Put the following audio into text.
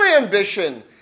ambition